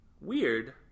weird